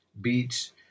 beads